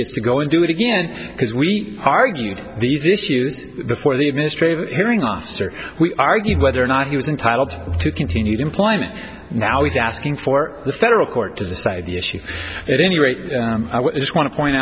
gets to go and do it again because we argued these issues before the administrative hearing officer we argued whether or not he was entitled to continued employment now he's asking for the federal court to decide the issue at any rate i would just want to point